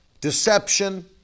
deception